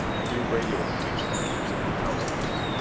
a few radio image-finders on the house-tops.